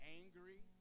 angry